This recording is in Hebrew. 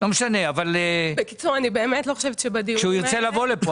כשהוא ירצה לבוא לכאן,